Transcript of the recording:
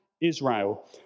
Israel